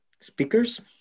Speakers